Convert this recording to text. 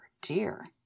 dear